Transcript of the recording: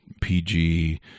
PG